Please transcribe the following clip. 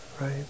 right